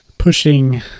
Pushing